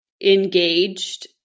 engaged